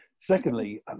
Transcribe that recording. Secondly